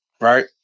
Right